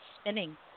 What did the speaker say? spinning